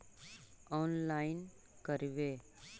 Online करवे?